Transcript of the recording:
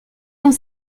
dans